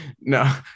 No